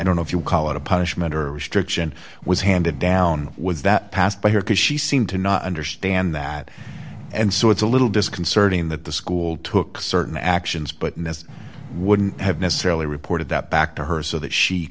don't know if you call it a punishment or restriction was handed down was that passed by her because she seemed to not understand that and so it's a little disconcerting that the school took certain actions but mister wouldn't have necessarily reported that back to her so that she